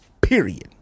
period